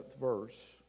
verse